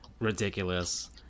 ridiculous